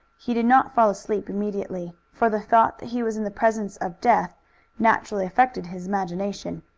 he did not fall asleep immediately, for the thought that he was in the presence of death naturally affected his imagination.